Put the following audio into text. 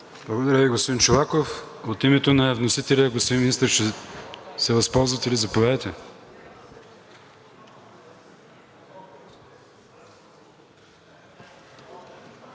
Благодаря Ви, господин Чолаков. От името на вносителя, господин Министър, ще се възползвате ли? Заповядайте.